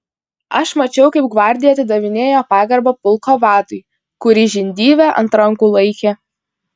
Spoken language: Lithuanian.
aš mačiau kaip gvardija atidavinėjo pagarbą pulko vadui kurį žindyvė ant rankų laikė